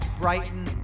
Brighton